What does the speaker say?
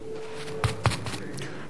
גברתי היושבת-ראש,